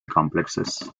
complexes